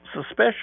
suspicious